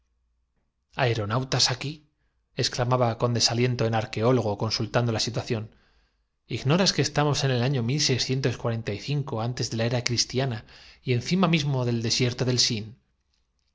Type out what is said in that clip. me aereonautas aquí exclamaba con desaliento el nos cruento arqueólogo consultando la situación ignoras que no á la suertevociferaron los milites tomando estamos en el año antes de la era cristiana y en una actitud amenazadora cima mismo del desierto de sin